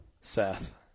Seth